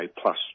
plus